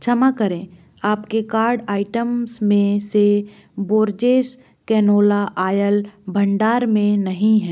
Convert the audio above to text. क्षमा करें आपके कार्ड आइटम्स में से बोर्जेस कैनोला ऑयल भंडार में नहीं है